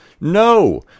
no